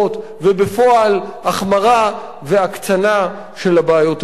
ובפועל החמרה והקצנה של הבעיות הקיימות.